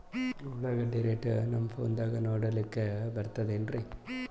ಉಳ್ಳಾಗಡ್ಡಿ ರೇಟ್ ನಮ್ ಫೋನದಾಗ ನೋಡಕೊಲಿಕ ಬರತದೆನ್ರಿ?